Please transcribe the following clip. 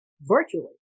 virtually